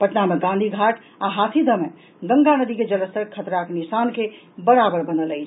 पटना मे गांधी घाट आ हाथीदह मे गंगा नदी के जलस्तर खतराक निशान के बराबर बनल अछि